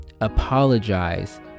apologize